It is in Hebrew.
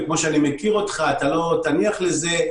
כפי שאני מכיר אותך, אתה לא תניח לזה.